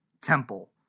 temple